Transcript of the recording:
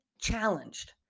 challenged